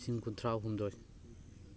ꯂꯤꯁꯤꯡ ꯀꯨꯟꯊ꯭ꯔꯥ ꯍꯨꯝꯗꯣꯏ